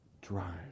drive